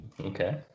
Okay